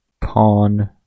Pawn